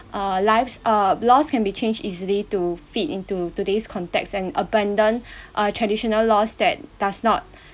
err lives err laws can be changed easily to fit into today's context and abandon err traditional laws that does not